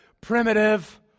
primitive